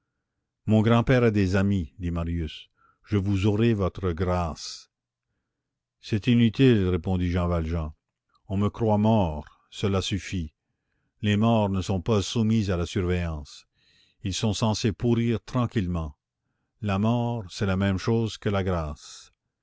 mon grand-père a des amis dit marius je vous aurai votre grâce c'est inutile répondit jean valjean on me croit mort cela suffit les morts ne sont pas soumis à la surveillance ils sont censés pourrir tranquillement la mort c'est la même chose que la grâce